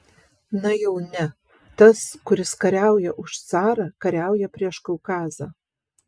na jau ne tas kuris kariauja už carą kariauja prieš kaukazą